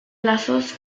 lazos